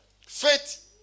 Faith